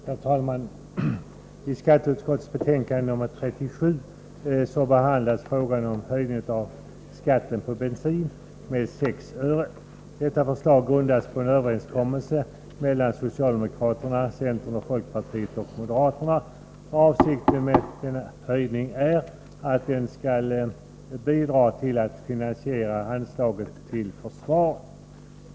Herr talman! I skatteutskottets betänkande nr 37 behandlas frågan om höjning av skatten på bensin med 6 öre per liter. Detta förslag grundas på en överenskommelse mellan socialdemokraterna, centerpartisterna, folkpartisterna och moderaterna. Avsikten med höjningen är att den skall bidra till att finansiera anslaget till försvaret.